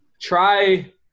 try